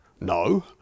no